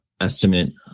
estimate